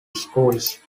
schools